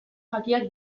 jakiak